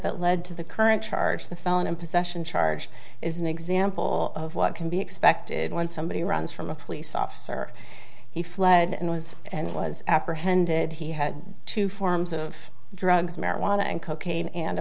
that led to the current charge the felon in possession charge is an example of what can be expected when somebody runs from a police officer he fled and was and was apprehended he had two forms of drugs marijuana and cocaine and a